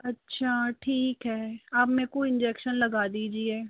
अच्छा ठीक है आप मेरे को इन्जेक्शन लगा दीजिए